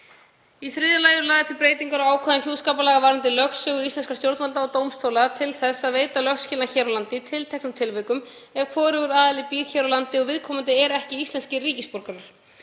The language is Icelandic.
Í þriðja lagi eru lagðar til breytingar á ákvæðum hjúskaparlaga varðandi lögsögu íslenskra stjórnvalda og dómstóla til að veita lögskilnað hér á landi í tilteknum tilvikum ef hvorugur aðili býr hér á landi og viðkomandi eru ekki íslenskir ríkisborgarar.